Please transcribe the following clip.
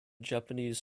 japanese